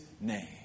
name